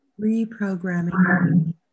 Reprogramming